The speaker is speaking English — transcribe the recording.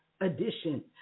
edition